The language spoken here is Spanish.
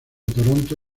toronto